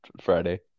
Friday